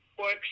works